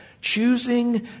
Choosing